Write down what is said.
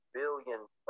billions